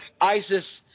Isis